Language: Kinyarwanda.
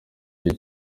cyo